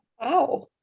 Wow